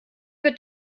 wird